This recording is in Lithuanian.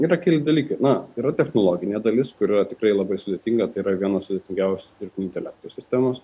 yra keli dalykai na yra technologinė dalis kur yra tikrai labai sudėtinga tai yra viena sudėtingiausių dirbtinio intelekto sistemos